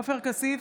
עופר כסיף,